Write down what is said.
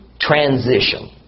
transition